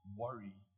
worry